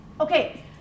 Okay